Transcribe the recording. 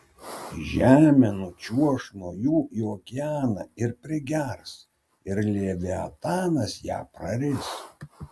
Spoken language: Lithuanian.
žemė nučiuoš nuo jų į okeaną ir prigers ir leviatanas ją praris